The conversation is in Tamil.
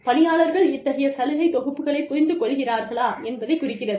பணியாளர்கள் இத்தகைய சலுகை தொகுப்புகளைப் புரிந்து கொள்கிறார்களா என்பதைக் குறிக்கிறது